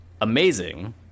Amazing